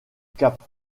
cap